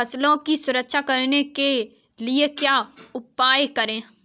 फसलों की सुरक्षा करने के लिए क्या उपाय करें?